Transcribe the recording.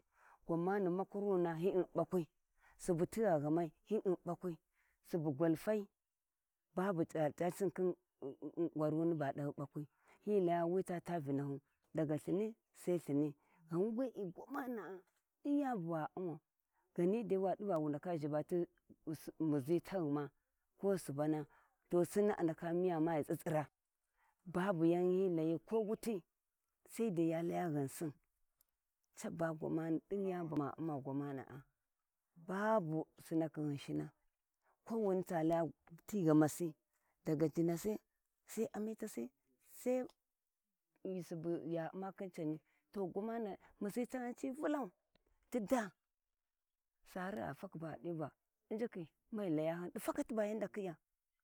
Gwanani makuruna hi na bakwi subu tigha ghamai hi um bakwai subu gwaltai babu ngwanuni ba dali bakwi hi laya wi ta taa vinahu daga lthini sai lthini ghan wee gwamanda din yani buwa umau ghani dai wadivawu ndaka zhiba ti subu muzhi taghuma ko subama to sinni a ndaka miya ma ghi tsitsira babu yau hi layi ko wuti saidai ya laya ghausi caba gwannani dai yani ba ma uma gwaman`a babu sanakhi ghishina kowini ta laya ti ghamasi daga jinasi sai amitasi sa subu ya uma khin cawi gwamana muzi taghum ci mbunan ti da saari gha takhi ba a diva injikhi maghi layahiu di takati ba hi ndakiya.